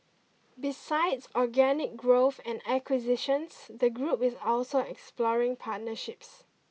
besides organic growth and acquisitions the group is also exploring partnerships